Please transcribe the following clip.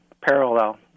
parallel